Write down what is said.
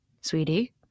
sweetie